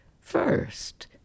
First